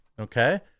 Okay